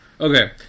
Okay